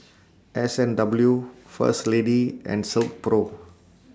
S and W First Lady and Silkpro